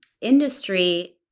industry –